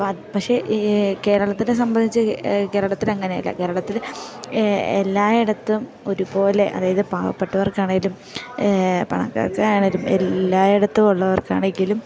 അപ്പം പക്ഷെ കേരളത്തിനെ സംബന്ധിച്ച് കേരളത്തിലങ്ങനെയല്ല കേരളത്തില് എല്ലായിടത്തും ഒരുപോലെ അതായത് പാവപ്പെട്ടവർക്കാണേലും പണക്കാർക്കാണേലും എല്ലായിടത്തും ഉള്ളവർക്കാണെങ്കിലും